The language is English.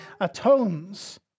atones